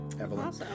Evelyn